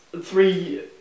three